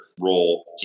role